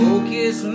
Focus